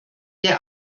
der